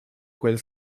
quel